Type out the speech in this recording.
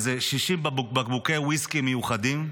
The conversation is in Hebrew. איזה 60 בקבוקי ויסקי מיוחדים,